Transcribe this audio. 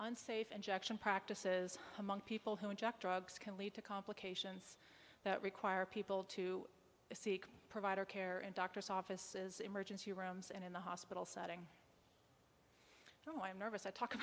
and safe injection practices among people who inject drugs can lead to complications that require people to seek provider care in doctors offices emergency rooms and in the hospital setting oh i'm nervous i talk